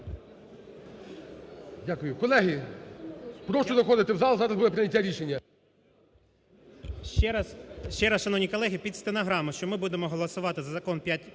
Дякую. Колеги, прошу заходити в зал зараз буде прийняття рішення.